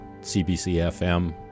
CBC-FM